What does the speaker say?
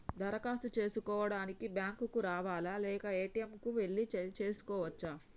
దరఖాస్తు చేసుకోవడానికి బ్యాంక్ కు రావాలా లేక ఏ.టి.ఎమ్ కు వెళ్లి చేసుకోవచ్చా?